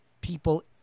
people